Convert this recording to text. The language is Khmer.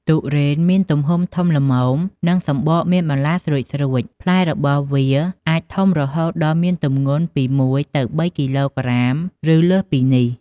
ទុរេនមានទំហំធំល្មម និងសំបកមានបន្លាស្រួចៗ ផ្លែរបស់វាអាចធំរហូតដល់មានទម្ងន់ពី ១ ទៅ ៣ គីឡូក្រាម ឬលើសពីនេះ ។